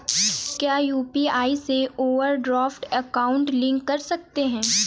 क्या यू.पी.आई से overdraft account link कर सकते हैं?